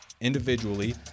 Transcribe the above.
Individually